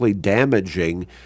damaging